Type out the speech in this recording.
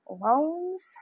loans